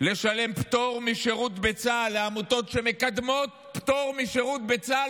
לשלם לעמותות שמקדמות פטור משירות בצה"ל?